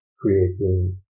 creating